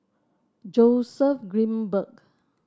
Joseph Grimberg